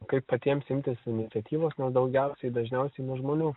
kaip patiems imtis iniciatyvos nes daugiausiai dažniausiai nuo žmonių